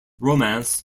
romance